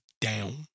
down